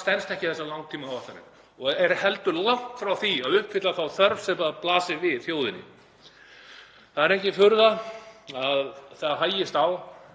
stenst ekki þessar langtímaáætlanir og er heldur langt frá því að uppfylla þá þörf sem blasir við þjóðinni. Það er engin furða að það hægist á